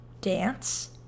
dance